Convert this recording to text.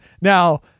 now